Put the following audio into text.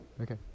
Okay